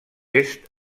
est